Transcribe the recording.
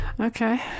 okay